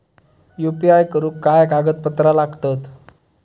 UPI करुक काय कागदपत्रा लागतत?